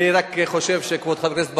אני רק חושב, כבוד חבר הכנסת בר-און,